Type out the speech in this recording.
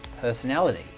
personality